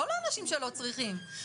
לא לאנשים שלא צריכים.